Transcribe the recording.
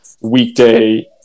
weekday